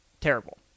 terrible